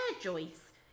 Joyce